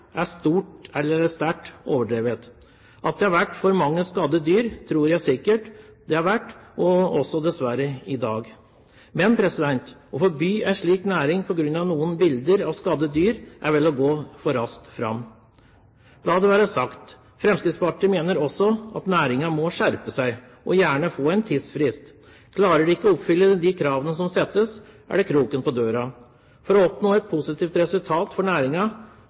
sikkert det har vært – også dessverre i dag. Men å forby en slik næring på grunn av noen bilder av skadde dyr, er vel å gå for raskt fram. La det være sagt: Fremskrittspartiet mener også at næringen må skjerpe seg og gjerne få en tidsfrist. Klarer de ikke å oppfylle de kravene som settes, er det kroken på døra. For å oppnå et positivt resultat for